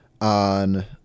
on